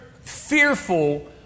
fearful